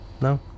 no